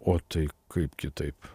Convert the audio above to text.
o tai kaip kitaip